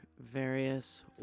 various